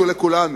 לנו לכולנו,